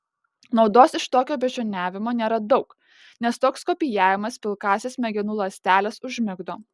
naudos iš tokio beždžioniavimo nėra daug nes toks kopijavimas pilkąsias smegenų ląsteles užmigdo